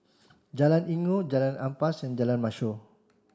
Jalan Inggu Jalan Ampas and Jalan Mashor